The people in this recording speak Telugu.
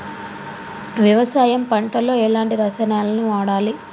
వ్యవసాయం పంట లో ఎలాంటి రసాయనాలను వాడాలి?